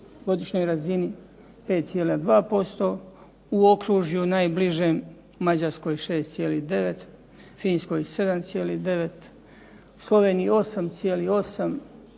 godišnjoj razini 5,2%, u okružju najbližem Mađarskoj 6,9, Finskoj 7,9, Sloveniji 8,8,